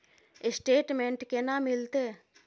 Statement केना मिलते?